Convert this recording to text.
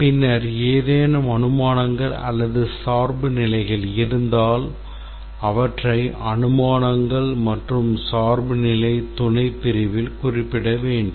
பின்னர் ஏதேனும் அனுமானங்கள் அல்லது சார்புநிலைகள் இருந்தால் அவற்றை அனுமானங்கள் மற்றும் சார்புநிலை துணைப்பிரிவில் குறிப்பிட வேண்டும்